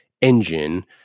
engine